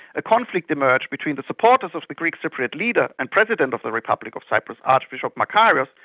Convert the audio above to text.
a conflict emerged between the supporters of the greek cypriot leader and president of the republic of cyprus, archbishop makarios,